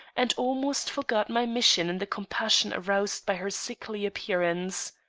and almost forgot my mission in the compassion aroused by her sickly appearance.